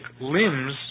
limbs